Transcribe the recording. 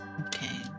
okay